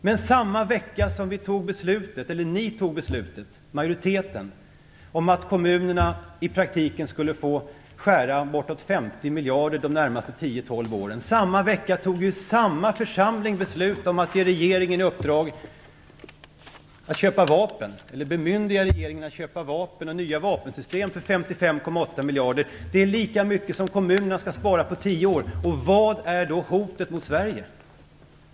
Men samma vecka som majoriteten fattade beslutet om att kommunerna i praktiken skulle få skära bortåt 50 miljarder de närmaste 10-12 åren, fattade samma församling beslut om att bemyndiga regeringen att köpa vapen och nya vapensystem för 55,8 miljarder. Det är lika mycket som kommunerna skall spara på tio år. Vad är då hotet mot Sverige?